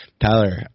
Tyler